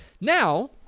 Now